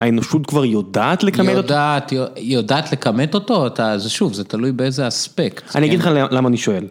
האנושות כבר יודעת לכמת אותו? היא יודעת היא יודעת לכמת אותו, אתה.. אז שוב, זה תלוי באיזה אספקט. אני אגיד לך למה אני שואל.